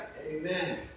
Amen